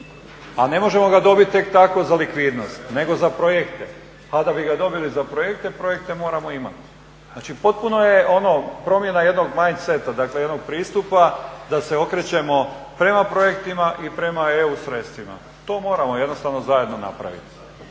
A ne možemo ga dobiti tek tako za likvidnost, nego za projekte, a da bi ga dobili za projekte, projekte moramo imati. Znači potpuno je, ono, promjena jednog …, dakle jednog pristupa da se okrećemo prema projektima i prema EU sredstvima. To moramo jednostavno zajedno napraviti.